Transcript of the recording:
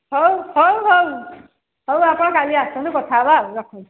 ହଉ ହଉ ହଉ ହଉ ଆପଣ କାଲି ଆସନ୍ତୁ କଥା ହେବା ଆଉ ରଖନ୍ତୁ